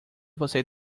você